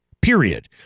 Period